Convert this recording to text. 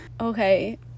okay